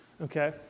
okay